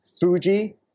Fuji